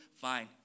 fine